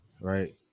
right